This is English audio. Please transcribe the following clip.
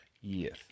Yes